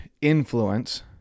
influence